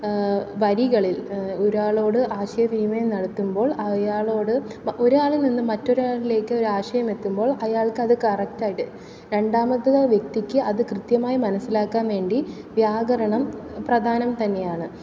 വരികളിൽ ഒരാളോട് ആശയവിമയം നടത്തുമ്പോൾ അയാളോട് ഒരാളിൽ നിന്ന് മറ്റൊരാളിലേക്ക് ഒരു ആശയം എത്തുമ്പോൾ അയാൾക്കത് കറക്റ്റായിട്ട് രണ്ടാമത്തെ വ്യക്തിക്ക് അത് കൃത്യമായി മനസ്സിലാക്കാൻ വേണ്ടി വ്യാകരണം പ്രധാനം തന്നെയാണ്